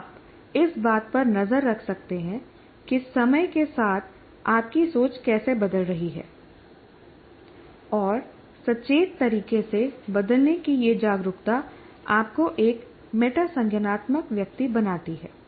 आप इस बात पर नज़र रख रहे हैं कि समय के साथ आपकी सोच कैसे बदल रही है और सचेत तरीके से बदलने की यह जागरूकता आपको एक मेटा संज्ञानात्मक व्यक्ति बनाती है